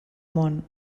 món